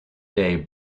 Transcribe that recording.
day